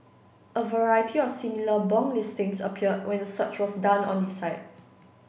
a variety of similar bong listings appeared when a search was done on the site